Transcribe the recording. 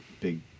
Big